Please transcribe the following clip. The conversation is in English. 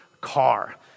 car